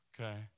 okay